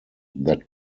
that